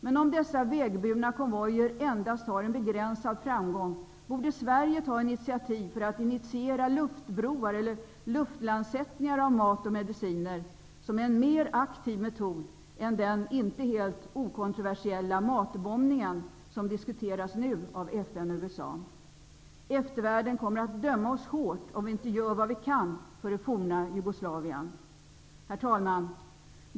Men om dessa vägburna konvojer endast har en begränsad framgång borde Sverige ta initiativet att initiera luftbroar eller luftlandsättningar av mat och mediciner, som en mer aktiv metod än den icke helt okontroversiella matbombningen som nu diskuteras i FN och i USA. Eftervärlden kommer att döma oss hårt om vi inte gör vad vi kan för det forna Jugoslavien. Herr talman!